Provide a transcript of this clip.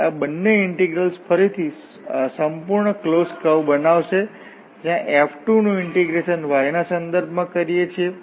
તેથી આ બંને ઇન્ટિગ્રલ્સ ફરીથી સંપૂર્ણ ક્લોસ્ડ કર્વ બનાવશે જ્યાં F2 નું ઇન્ટીગ્રેશન y ના સંદર્ભમાં કરીએ છીએ